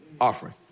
offering